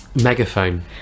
megaphone